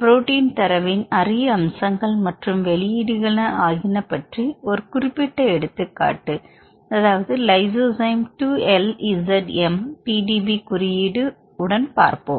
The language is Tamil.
புரோட்டீன் தரவின் அரிய அம்சங்கள் மற்றும் வெளியீடுகள் ஆகியன பற்றி ஒரு குறிப்பிட்ட எடுத்துக்காட்டுடன் லைசோஸ்ய்ம் 2 LZM PDB குறியீடு பார்ப்போம்